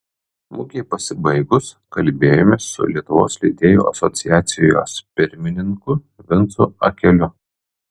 mugei pasibaigus kalbėjomės su lietuvos leidėjų asociacijos pirmininku vincu akeliu